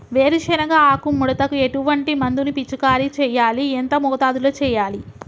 వేరుశెనగ ఆకు ముడతకు ఎటువంటి మందును పిచికారీ చెయ్యాలి? ఎంత మోతాదులో చెయ్యాలి?